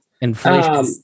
Inflation